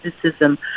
criticism